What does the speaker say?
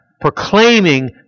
proclaiming